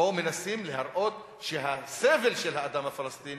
פה מנסים להראות שהסבל של האדם הפלסטיני